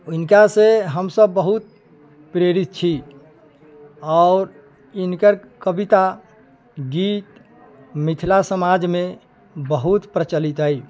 उनका से हमसब बहुत प्रेरित छी आओर इनकर कविता गीत मिथिला समाज मे बहुत प्रचलित अछि